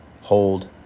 hold